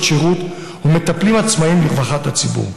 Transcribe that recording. שירות ומטפלים עצמאיים לרווחת הציבור.